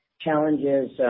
challenges